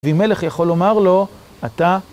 ומלך יכול לומר לו, אתה...